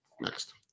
Next